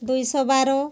ଦୁଇଶହ ବାର